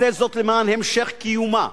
עשה זאת למען המשך קיומה